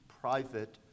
private